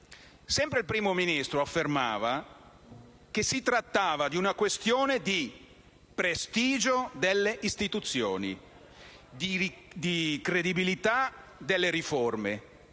Sempre il Primo Ministro affermava che si trattava di una questione di prestigio delle istituzioni e di credibilità delle riforme.